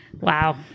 Wow